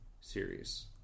series